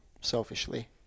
selfishly